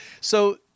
So-